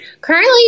Currently